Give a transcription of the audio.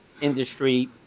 industry